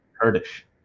Kurdish